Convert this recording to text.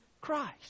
Christ